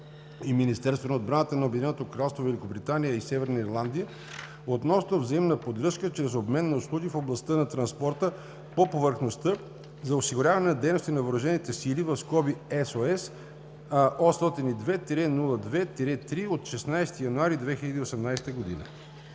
и Министерството на отбраната на Обединеното кралство Великобритания и Северна Ирландия относно взаимна поддръжка чрез обмен на услуги в областта на транспорта по повърхността за осигуряване на дейности на въоръжените сили (SEOS), № 802-02-3, от 16 януари 2018 г.“